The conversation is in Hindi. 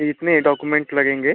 इतने ही डॉकुमेंट लगेंगे